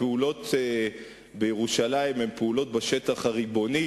הפעולות בירושלים הן פעולות בשטח הריבוני